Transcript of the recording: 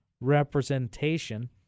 representation